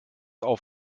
auf